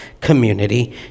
Community